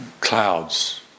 clouds